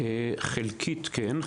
חלקית, כן.